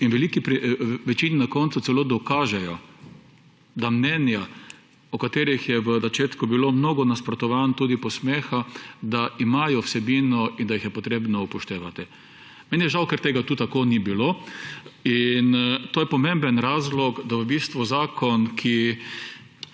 in veliki večini na koncu celo dokažejo, da mnenja, o katerih je v začetku bilo mnogo nasprotovanj, tudi posmeha, da imajo vsebino in da jih je potrebno upoštevati. Meni je žal, ker tega tu tako ni bilo in to je pomemben razlog, da v bistvu zakon, ki